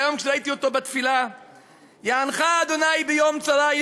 שהיום ראיתי אותו בתפילה: "יענך ה' ביום צרה,